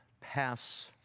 pass